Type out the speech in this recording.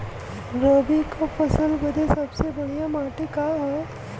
रबी क फसल बदे सबसे बढ़िया माटी का ह?